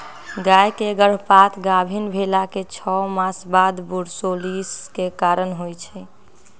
गाय के गर्भपात गाभिन् भेलाके छओ मास बाद बूर्सोलोसिस के कारण होइ छइ